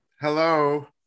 hello